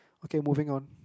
okay moving on